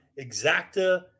exacta